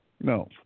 no